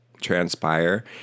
transpire